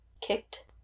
kicked